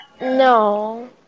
No